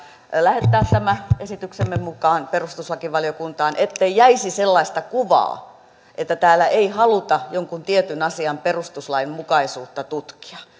lähettää tämä esityksemme mukaan perustuslakivaliokuntaan ettei jäisi sellaista kuvaa että täällä ei haluta jonkun tietyn asian perustuslainmukaisuutta tutkia